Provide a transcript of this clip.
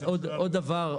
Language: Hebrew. עוד דבר,